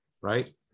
right